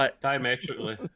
Diametrically